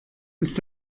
ist